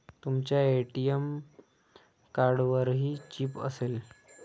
तुमच्या ए.टी.एम कार्डवरही चिप असेल